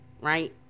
right